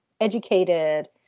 educated